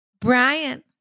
Brian